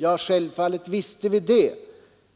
Naturligtvis visste vi det.